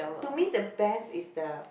to me the best is the